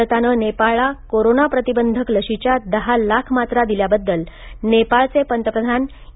भारताने नेपाळला कोरोना प्रतिबंधक लशीच्या दहा लाख मात्रा दिल्याबद्दल नेपाळचे पंतप्रधान के